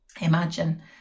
imagine